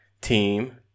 team